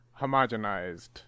homogenized